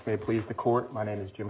may please the court my name is jim